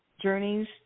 journeys